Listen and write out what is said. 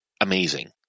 amazing